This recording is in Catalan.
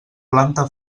planta